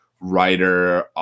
writer